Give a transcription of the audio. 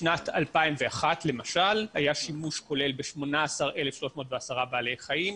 בשנת 2001 למשל היה שימוש כולל ב-18,310 בעלי חיים,